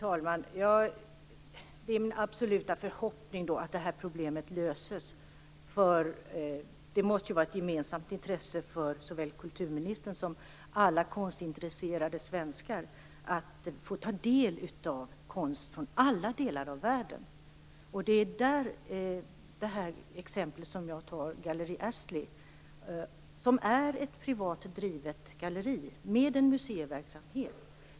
Fru talman! Det är då min absoluta förhoppning att problemet kan lösas. Det måste vara ett gemensamt intresse för såväl kulturministern som alla konstintresserade svenskar att få ta del av konst från alla delar av världen. Jag har tagit Galleri Astley som exempel, och det är ett privat drivet galleri, med museiverksamhet.